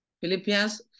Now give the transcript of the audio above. Philippians